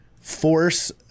force